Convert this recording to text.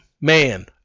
man